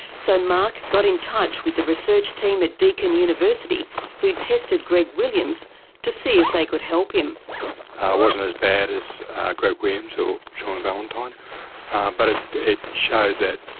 so marc got in touch with the research team at deakin university who had tested greg williams to see if they could help him. i wasn't as bad as greg williams or shaun valentine but ah it showed that,